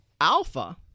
Alpha